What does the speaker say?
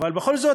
אבל בכל זאת,